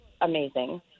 amazing